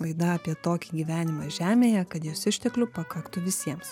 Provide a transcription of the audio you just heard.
laida apie tokį gyvenimą žemėje kad jos išteklių pakaktų visiems